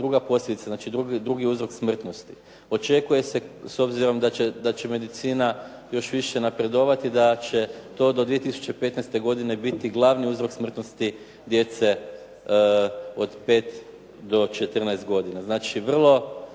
druga posljedica, znači drugi uzrok smrtnosti. Očekuje se, s obzirom da će medicina još više napredovati da će to do 2015. godine biti glavni uzrok smrtnosti djece od 5 do 14 godina. Znači, vrlo